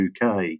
UK